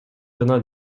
жана